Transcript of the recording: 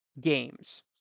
games